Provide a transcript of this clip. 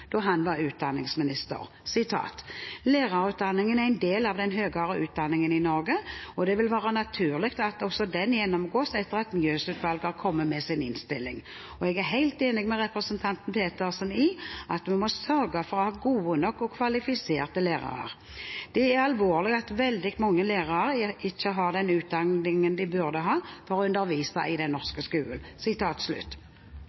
da han var utdanningsminister: «Lærerutdanningen er en del av den høyere utdanningen i Norge, og det vil være naturlig at også den gjennomgås etter at Mjøs-utvalget har kommet med sin innstilling. Og jeg er helt enig med representanten Petersen i at vi må sørge for at vi har gode nok og kvalifiserte lærere. Det er alvorlig at veldig mange lærere ikke har den utdanningen de burde ha for å undervise i den